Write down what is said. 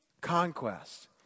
Conquest